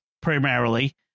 primarily